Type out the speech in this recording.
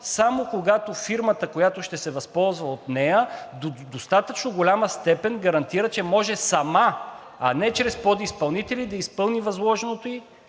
само, когато фирмата, която ще се възползва от нея в достатъчно голяма степен, гарантира, че може сама, а не чрез подизпълнители да изпълни възложеното ѝ